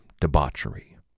debauchery